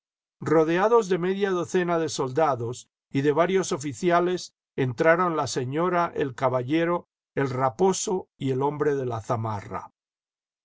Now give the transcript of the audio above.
rodeados de media docena de soldados y de varios oficiales entraron la señora el caballero el raposo y el hombre de la zamarra